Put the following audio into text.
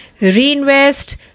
reinvest